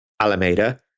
Alameda